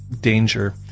danger